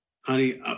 honey